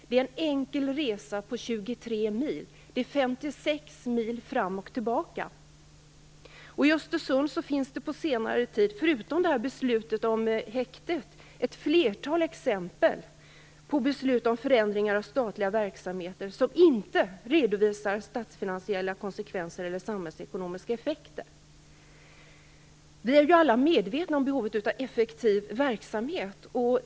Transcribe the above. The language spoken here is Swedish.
Fram och tillbaka är det fråga om 56 mil. I Östersund finns på senare tid, förutom beslutet om häktet, ett flertal exempel på beslut om förändringar av statliga verksamheter där man inte redovisar statsfinansiella konsekvenser eller samhällsekonomiska effekter. Alla är vi medvetna om behovet av en effektiv verksamhet.